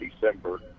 December